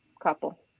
couple